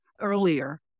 earlier